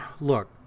look